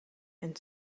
and